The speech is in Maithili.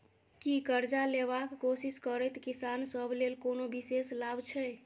की करजा लेबाक कोशिश करैत किसान सब लेल कोनो विशेष लाभ छै?